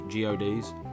GODs